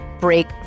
break